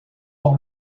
dans